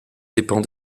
dépend